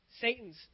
Satan's